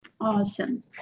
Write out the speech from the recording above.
Awesome